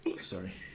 sorry